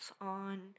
on